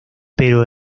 pero